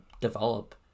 develop